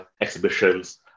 exhibitions